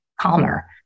calmer